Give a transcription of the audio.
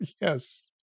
Yes